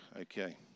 Okay